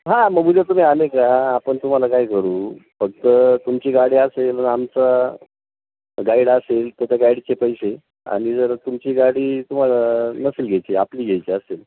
हां मग उद्या तुम्ही आले का आपण तुम्हाला काय करू फक्त तुमची गाडी असेल आमचा गाईड असेल तर त्या गाईडचे पैसे आणि जर तुमची गाडी तुम्हाला नसेल घ्यायची आपली घ्यायची असेल